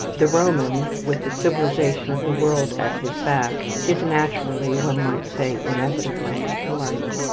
the roman, with the civilization of the world at his back, is naturally, one might say inevitably, polite.